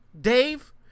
Dave